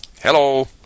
Hello